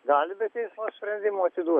gali be teismo sprendimo atiduoti